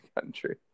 country